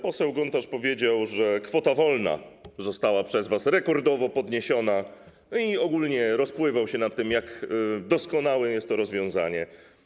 Poseł Gontarz powiedział, że kwota wolna została przez was rekordowo podniesiona, i ogólnie rozpływał się nad tym, jak doskonałe jest to rozwiązanie.